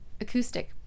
acoustic